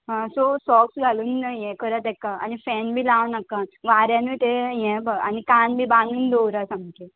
आं सो सॉक्स घालून हें करा ताका आनी फॅन बी लावनाका वाऱ्यानूय तें हें बरें आनी कान बी बांदून दवरात सामकें